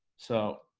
so